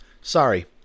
Sorry